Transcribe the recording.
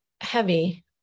heavy